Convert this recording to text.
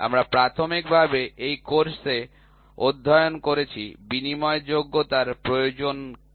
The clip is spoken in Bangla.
আমরা প্রাথমিকভাবে এই কোর্সে অধ্যয়ন করেছি বিনিময়যোগ্যতার প্রয়োজন কী